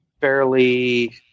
fairly